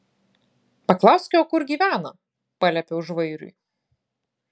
paklausk jo kur gyvena paliepiau žvairiui